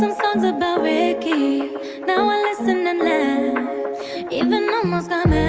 songs about ricky now i listen and laugh even almost got